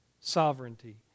sovereignty